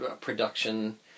production